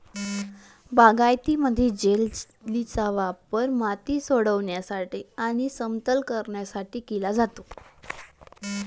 बागायतीमध्ये, जेलीचा वापर माती सोडविण्यासाठी आणि समतल करण्यासाठी केला जातो